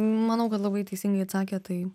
manau kad labai teisingai atsakė tai